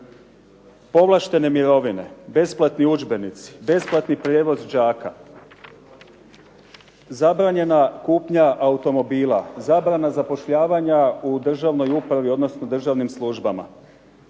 Povlaštene mirovine, besplatni udžbenici, besplatni prijevoz đaka, zabranjena kupnja automobila, zabrana zapošljavanja u državnoj upravi, odnosno državnim službama,